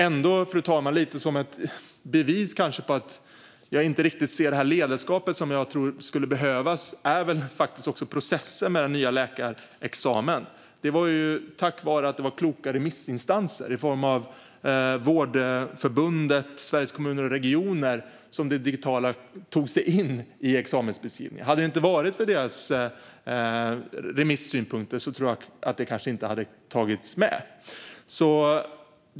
Fru talman! Lite grann som ett bevis på att jag inte riktigt ser det ledarskap som jag tror skulle behövas vill jag ta upp processen bakom den nya läkarexamen. Det var ju tack vare kloka remissinstanser i form av Vårdförbundet och Sveriges Kommuner och Regioner som det digitala tog sig in i examensbeskrivningen. Hade det inte varit för deras remissynpunkter tror jag att det kanske inte hade tagits med.